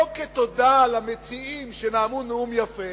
לא כתודה למציעים שנאמו נאום יפה,